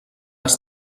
has